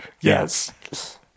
Yes